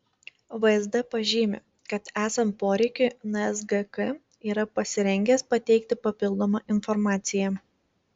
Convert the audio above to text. vsd pažymi kad esant poreikiui nsgk yra pasirengęs pateikti papildomą informaciją